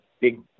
big